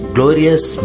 Glorious